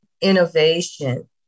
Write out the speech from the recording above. innovation